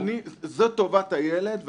זו טובת הילד,